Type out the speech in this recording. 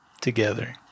together